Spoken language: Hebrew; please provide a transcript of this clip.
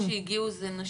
אבל הרוב שהגיעו זה נשים?